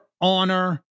honor